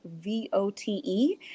V-O-T-E